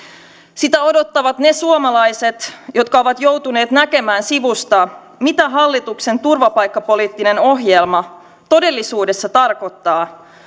sitä odottavat ne suomalaiset jotka ovat joutuneet näkemään sivusta mitä hallituksen turvapaikkapoliittinen ohjelma todellisuudessa tarkoittaa